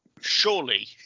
surely